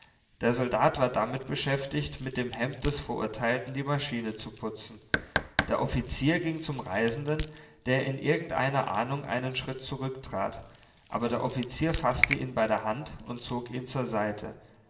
der soldat war damit beschäftigt mit dem hemd des verurteilten die maschine zu putzen der offizier ging zum reisenden der in irgendeiner ahnung einen schritt zurücktrat aber der offizier faßte ihn bei der hand und zog ihn zur seite